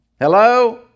hello